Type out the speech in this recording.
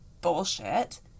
bullshit